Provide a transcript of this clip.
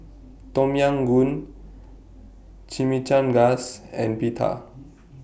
Tom Yam Goong Chimichangas and Pita